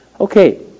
Okay